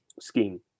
scheme